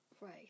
Right